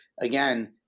again